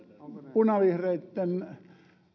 punavihreitten